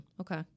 Okay